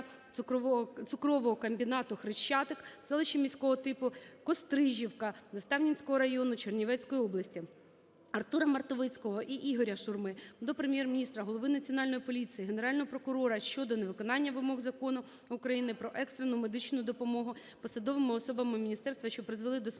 цукрового комбінату "Хрещатик" в селищі міського типу Кострижівка Заставнівського району Чернівецької області. Артура Мартовицького та Ігоря Шурми до Прем'єр-міністра, голови Національної поліції, Генерального прокурора щодо невиконання вимог Закону України "Про екстрену медичну допомогу" посадовими особами Міністерства, що призвело до смерті